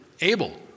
Abel